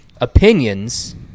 opinions